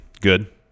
Good